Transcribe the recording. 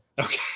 Okay